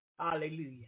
Hallelujah